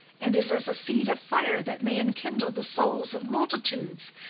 and is as a seed of fire that may enkindle the souls of multitudes,